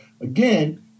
again